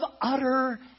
utter